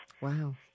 wow